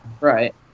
Right